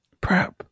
Prep